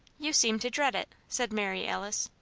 you seem to dread it, said mary alice.